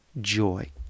joy